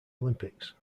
olympics